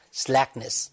slackness